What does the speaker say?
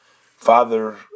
father